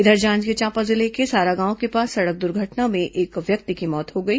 इधर जांजगीर चांपा जिले के सारागांव के पास सड़क दुर्घटना में एक व्यक्ति की मौत हो गई